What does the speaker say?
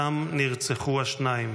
שם נרצחו השניים.